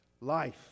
Life